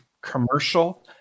commercial